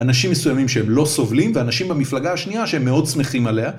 אנשים מסוימים שהם לא סובלים, ואנשים במפלגה השנייה שהם מאוד שמחים עליה.